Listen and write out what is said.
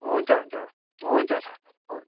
हुन्छ हुन्छ हुन्छ सर हुन्